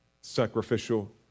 sacrificial